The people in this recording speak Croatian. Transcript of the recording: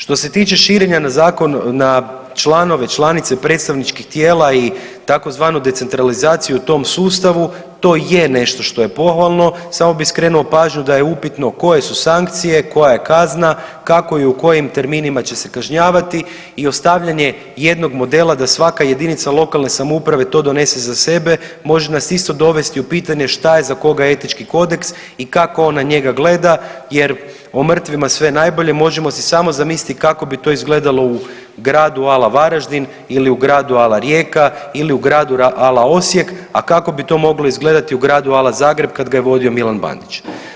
Što se tiče širenja na zakon, na članove i članice predstavničkih tijela i tzv. decentralizaciju u tom sustavu, to je nešto što je pohvalno, samo bi skrenuo pažnju da je upitno koje su sankcije, koja je kazna, kako i u kojim terminima će se kažnjavati i ostavljanje jednog modela da svaka JLS to donese za sebe može nas isto dovesti u pitanje šta je za koga etički kodeks i kako on na njega gleda jer o mrtvima sve najbolje, možemo si samo zamisliti kako bi to izgledalo u gradu ala Varaždin ili u gradu ala Rijeka ili u grada ala Osijek, a kako bi to moglo izgledati u gradu ala Zagreb kad ga je vodio Milan Bandić.